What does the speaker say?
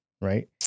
right